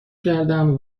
کردم